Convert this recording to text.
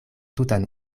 tutan